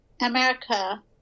america